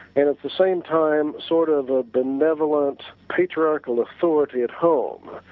and at the same time sort of a benevolent patriarchal authority at home,